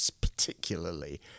particularly